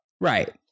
Right